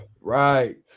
right